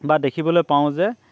বা দেখিবলৈ পাওঁ যে